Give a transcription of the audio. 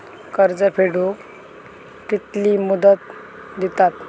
कर्ज फेडूक कित्की मुदत दितात?